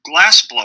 glassblower